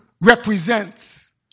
represents